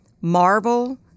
marvel